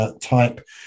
Type